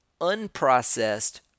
unprocessed